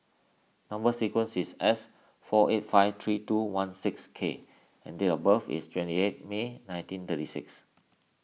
Number Sequence is S four eight five three two one six K and date of birth is twenty eight May nineteen thirty six